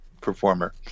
performer